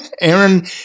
Aaron